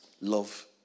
love